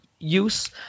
Use